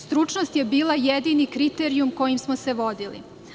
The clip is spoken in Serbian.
Stručnost je bila jedini kriterijum kojim smo se vodili.